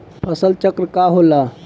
फसल चक्र का होला?